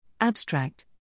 Abstract